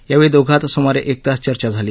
यावेळी दोघांत सुमारे एक तास चर्चा झाली